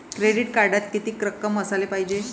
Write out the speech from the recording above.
Credit कार्डात कितीक रक्कम असाले पायजे?